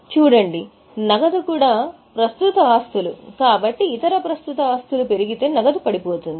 చూడండి నగదు కూడా ప్రస్తుత ఆస్తులు కాబట్టి ఇతర ప్రస్తుత ఆస్తులు పెరిగితే నగదు పడిపోతుంది